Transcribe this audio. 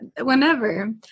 whenever